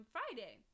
Friday